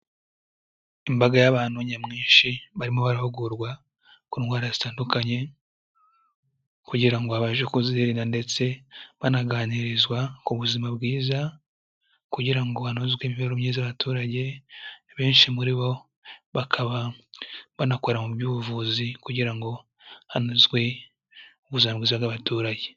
Imbaga y'abantu nyamwinshi barimo barahugurwa ku ndwara zitandukanye kugira ngo babashe kuzirinda ndetse banaganirizwa ku buzima bwiza kugira ngo hanozwe imibereho myiza y'abaturage, benshi muri bo bakaba banakora mu by'ubuvuzi kugira ngo hanozwe ubu ubuzima bwiza bw'abaturage.